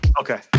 Okay